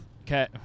Okay